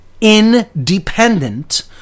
independent